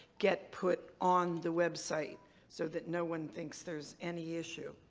get put on the website so that no one thinks there's any issue.